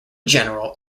general